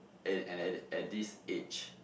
and at that at this age